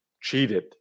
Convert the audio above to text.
cheated